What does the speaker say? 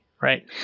right